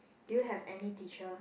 do you have any teacher